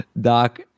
Doc